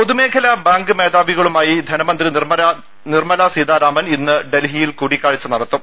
പൊതുമേഖലാ ബാങ്ക് മേധാവികളുമായി ധനമന്ത്രി നിർമലാ സീതാരാമൻ ഇന്ന് ഡൽഹിയിൽ കൂടിക്കാഴ്ച നടത്തും